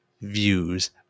views